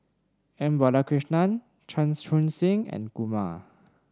M Balakrishnan Chan Chun Sing and Kumar